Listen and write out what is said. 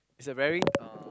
is a very uh